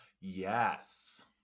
Yes